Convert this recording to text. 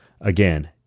again